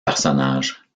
personnages